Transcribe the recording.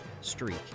streak